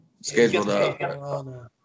scheduled